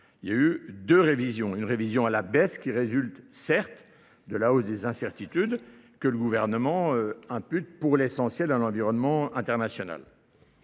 Il y a eu deux révisions. Une révision à la baisse qui résulte, certes, de la hausse des incertitudes que le gouvernement impute pour l'essentiel dans l'environnement international.